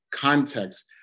context